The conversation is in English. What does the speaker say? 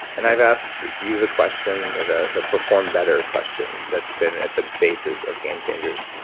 and i've asked you the question, the the perform better question that's been at the basis of game changers,